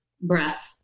breath